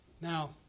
Now